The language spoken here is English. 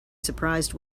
surprised